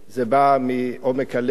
זה בא מעומק הלב,